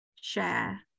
share